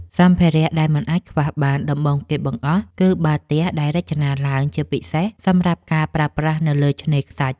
សម្ភារៈដែលមិនអាចខ្វះបានដំបូងគេបង្អស់ គឺបាល់ទះដែលរចនាឡើងជាពិសេសសម្រាប់ប្រើប្រាស់នៅលើឆ្នេរខ្សាច់។